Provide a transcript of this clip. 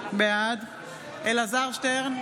בעד אלעזר שטרן,